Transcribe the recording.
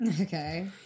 Okay